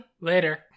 later